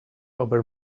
over